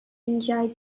enjoy